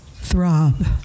throb